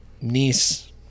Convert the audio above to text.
niece